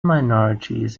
minorities